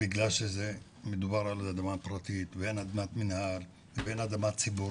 בגלל שמדובר על אדמה פרטית ואין אדמת מינהל ואין אדמה ציבורית,